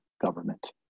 government